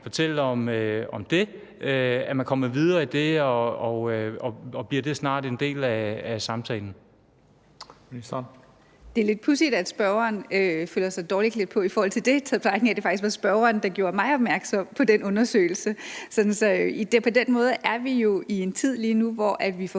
formand (Christian Juhl): Ministeren. Kl. 20:34 Kulturministeren (Joy Mogensen): Det er lidt pudsigt, at spørgeren føler sig dårligt klædt på i forhold til det, i betragtning af at det faktisk var spørgeren, der gjorde mig opmærksom på den undersøgelse. På den måde er vi jo inde i en tid lige nu, hvor vi